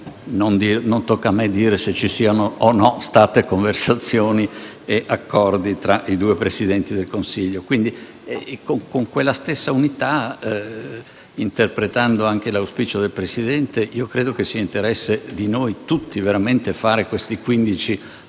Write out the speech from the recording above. Non tocca a me dire se ci siano state o meno conversazioni e accordi tra i due Presidenti del Consiglio. Con quella stessa unità, interpretando anche l'auspicio del Presidente, io credo che sia interesse di noi tutti fare questi quindici